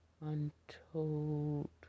untold